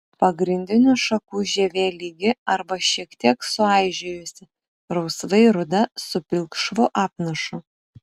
pagrindinių šakų žievė lygi arba šiek tiek suaižėjusi rausvai ruda su pilkšvu apnašu